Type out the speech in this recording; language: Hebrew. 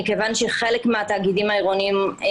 מכיוון שחלק מהתאגידים העירוניים,